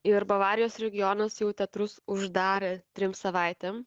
ir bavarijos regionas jau teatrus uždarė trim savaitėm